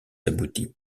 abouti